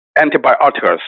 antibiotics